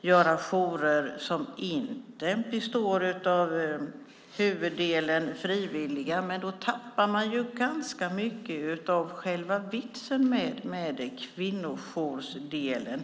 inrätta jourer som inte till huvuddelen består av frivilliga. Men då förlorar man ganska mycket av det som är själva vitsen med kvinnojourerna.